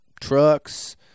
trucks